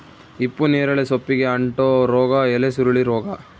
ಹಿಪ್ಪುನೇರಳೆ ಸೊಪ್ಪಿಗೆ ಅಂಟೋ ರೋಗ ಎಲೆಸುರುಳಿ ರೋಗ